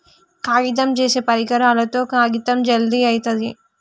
కాగితం చేసే పరికరాలతో కాగితం జల్ది అయితది